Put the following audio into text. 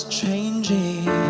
changing